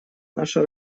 наша